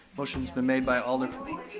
motion's been made by alder.